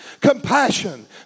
Compassion